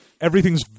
everything's